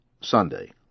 Sunday